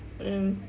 mm